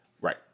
Right